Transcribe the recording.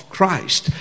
Christ